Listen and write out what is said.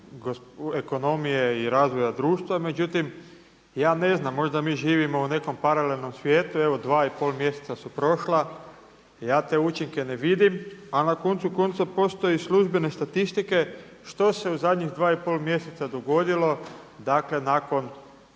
ekonomije i razvoja društva, međutim ja ne znam, možda mi živimo u nekom paralelnom svijetu. Evo dva i pol mjeseca su prošla, ja te učinke ne vidim, a na koncu konca postoje službene statistike što se u zadnjih dva i pol mjeseca dogodilo nakon